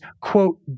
quote